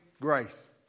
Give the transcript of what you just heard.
grace